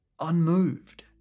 unmoved